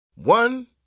One